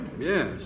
Yes